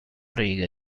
riga